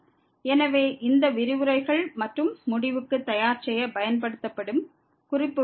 எனவே இந்த விரிவுரைகள் மற்றும் முடிவுக்கு தயார் செய்ய பயன்படுத்தப்படும் குறிப்புகள் இவை